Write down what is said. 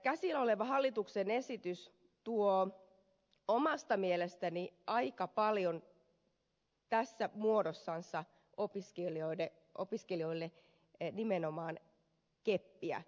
käsillä oleva hallituksen esitys tuo omasta mielestäni aika paljon tässä muodossansa opiskelijoille nimenomaan keppiä